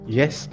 yes